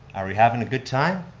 are we having a good time?